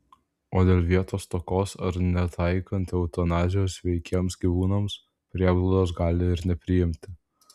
o dėl vietos stokos ar netaikant eutanazijos sveikiems gyvūnams prieglaudos gali ir nepriimti